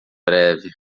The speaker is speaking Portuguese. breve